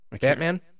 Batman